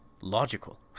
logical